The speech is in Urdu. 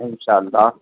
ان شاء اللہ